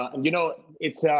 um you know. it's,